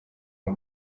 uyu